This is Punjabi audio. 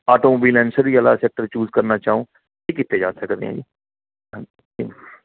ਆਟੋ ਓਵੀਨੈਂਸਰੀ ਵਾਲਾ ਸੈਕਟਰ ਚੂਸ ਕਰਨਾ ਚਾਹੋ ਇਹ ਕੀਤੇ ਜਾ ਸਕਦੇ ਹੈ ਜੀ ਹਾਂਜੀ